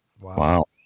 Wow